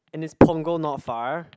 and is Punggol not far